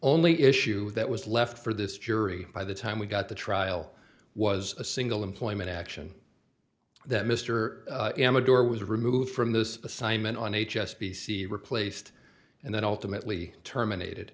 only issue that was left for this jury by the time we got the trial was a single employment action that mr amador was removed from this assignment on h s b c replaced and then ultimately terminated